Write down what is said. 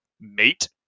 mate